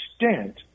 extent